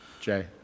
Jay